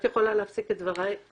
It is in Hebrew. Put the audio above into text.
את יכולה להפסיק את דברי מתי שאת רוצה.